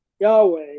Yahweh